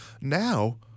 Now